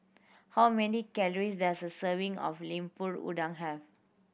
how many calories does a serving of Lemper Udang have